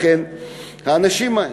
לכן האנשים,